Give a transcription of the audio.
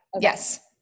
Yes